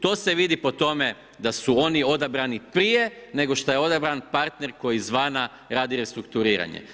To se vidi po tome, da su oni odabrani prije, nego što je odabran partner koji iz vana radi restrukturiranje.